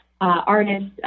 artists